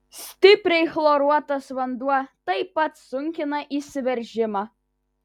stipriai chloruotas vanduo taip pat sunkina įsiveržimą